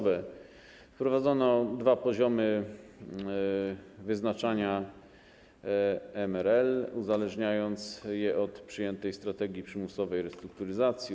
Wprowadzono dwa poziomy wyznaczania MREL, uzależniając je od przyjętej strategii przymusowej restrukturyzacji.